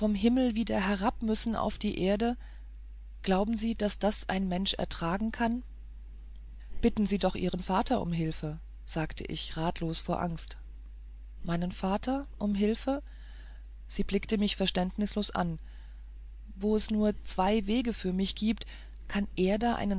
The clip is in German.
himmel wieder herab müssen auf die erde glauben sie daß das ein mensch ertragen kann bitten sie doch ihren vater um hilfe sagte ich ratlos vor angst meinen vater um hilfe sie blickte mich verständnislos an wo es nur zwei wege für mich gibt kann er da einen